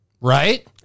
Right